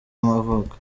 y’amavuko